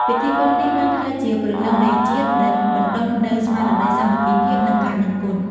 ពិធីបុណ្យនេះបានក្លាយជាព្រលឹងនៃជាតិ ដែលបណ្ដុះនូវស្មារតីសាមគ្គីភាព និងការដឹងគុណ។